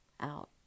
out